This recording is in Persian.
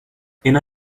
اینا